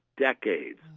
decades